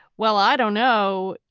well, i don't know.